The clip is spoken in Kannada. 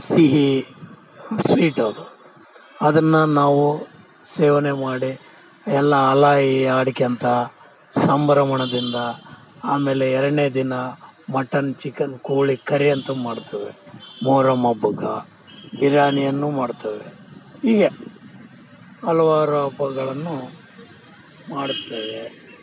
ಸಿಹಿ ಸ್ವೀಟ್ ಅದು ಅದನ್ನು ನಾವು ಸೇವನೆ ಮಾಡಿ ಎಲ್ಲ ಅಲಯೀ ಅಡ್ಕ್ಯಂತ ಸಂಭ್ರಮದಿಂದ ಆಮೇಲೆ ಎರಡನೇ ದಿನ ಮಟನ್ ಚಿಕನ್ ಕೋಳಿ ಕರಿ ಅಂತ ಮಾಡ್ತೇವೆ ಮೊಹರಮ್ ಹಬ್ಬಕ್ಕಾ ಬಿರಿಯಾನಿಯನ್ನು ಮಾಡ್ತೇವೆ ಹೀಗೆ ಹಲವಾರು ಹಬ್ಬಗಳನ್ನು ಮಾಡುತ್ತೇವೆ